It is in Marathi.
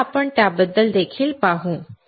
तर आपण त्याबद्दल देखील पाहू